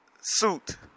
suit